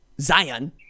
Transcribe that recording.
Zion